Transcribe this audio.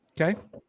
Okay